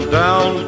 down